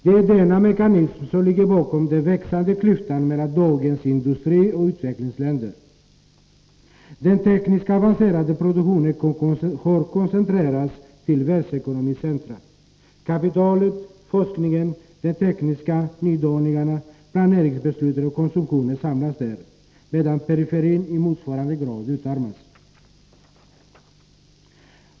Det är denna mekanism som ligger bakom den växande klyftan mellan dagens industrioch utvecklingsländer. Den tekniskt avancerade produktionen har koncentrerats till världsekonomins centra. Kapitalet, forskningen, de tekniska nydaningarna, planeringsbesluten och konsumtionen samlas där, medan periferin i motsvarande grad utarmas.